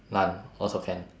none also can